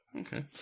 Okay